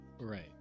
right